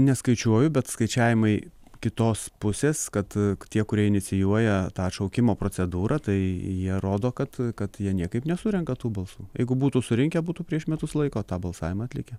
neskaičiuoju bet skaičiavimai kitos pusės kad tie kurie inicijuoja tą atšaukimo procedūrą tai jie rodo kad kad jie niekaip nesurenka tų balsų jeigu būtų surinkę būtų prieš metus laiko tą balsavimą atlikę